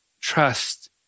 trust